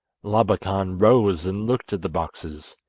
labakan rose and looked at the boxes.